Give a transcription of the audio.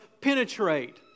penetrate